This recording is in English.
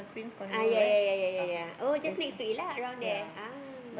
ah ya ya ya ya ya ya oh just next to it lah around there ah